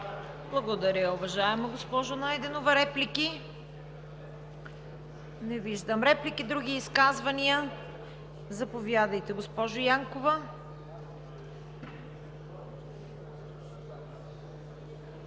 Благодаря, уважаема госпожо Найденова. Реплики? Не виждам. Други изказвания? Заповядайте, госпожо Янкова.